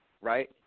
right